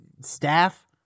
Staff